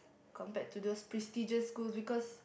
compared to those prestigious school because